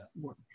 work